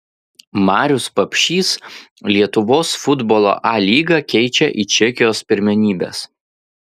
marius papšys lietuvos futbolo a lygą keičia į čekijos pirmenybes